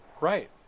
right